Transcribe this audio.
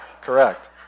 Correct